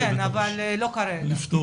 כן, אבל לא כרגע.